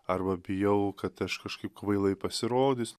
arba bijau kad aš kažkaip kvailai pasirodys